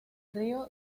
río